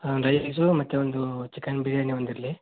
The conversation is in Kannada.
ಹಾಂ ಒಂದು ರೈಸು ಮತ್ತೆ ಒಂದು ಚಿಕನ್ ಬಿರ್ಯಾನಿ ಒಂದು ಇರಲಿ